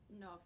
No